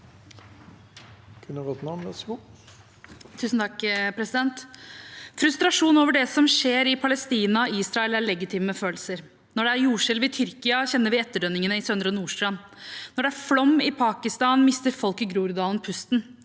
Frustrasjon over det som skjer i Palestina og Israel, er legitime følelser. Når det er jordskjelv i Tyrkia, kjenner vi etterdønningene i Søndre Nordstrand. Når det er flom i Pakistan, mister folk i Groruddalen pusten.